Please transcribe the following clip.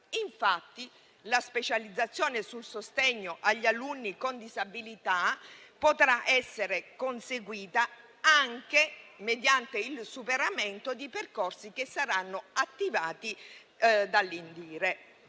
Infatti, la specializzazione nel sostegno agli alunni con disabilità potrà essere conseguita anche mediante il superamento di percorsi che saranno attivati dall'INDIRE,